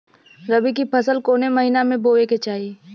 रबी की फसल कौने महिना में बोवे के चाही?